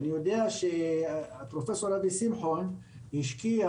אני יודע שפרופ' אבי שמחון השקיע